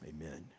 Amen